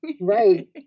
Right